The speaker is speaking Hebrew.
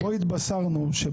בואו נקדיש את